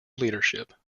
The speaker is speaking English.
leadership